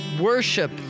worship